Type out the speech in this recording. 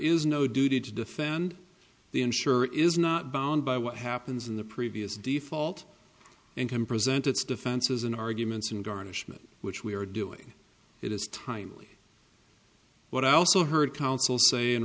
is no duty to defend the insurer is not bound by what happens in the previous default and can present its defenses in arguments in garnishment which we are doing it is timely what i also heard counsel say in